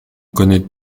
connaît